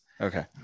Okay